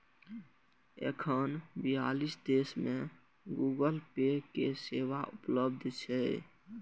एखन बियालीस देश मे गूगल पे के सेवा उपलब्ध छै